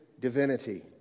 divinity